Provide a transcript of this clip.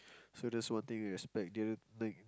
so that's one thing we respect dude